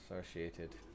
Associated